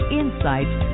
insights